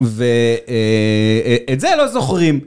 ואת זה לא זוכרים.